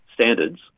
standards